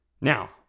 Now